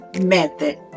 method